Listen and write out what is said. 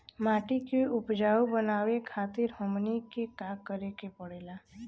माटी के उपजाऊ बनावे खातिर हमनी के का करें के पढ़ेला?